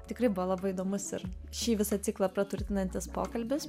tikrai buvo labai įdomus ir šį visą ciklą praturtinantis pokalbis